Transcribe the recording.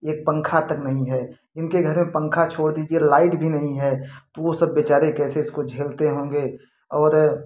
एक पंखा तक नहीं है इनके घर में पंखा छोड़ दीजिए लाइट भी नहीं है वो सब बेचारे कैसे इसको झेलते होंगे और